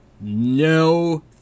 No